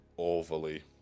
overly